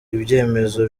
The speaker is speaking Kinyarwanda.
ibyemezo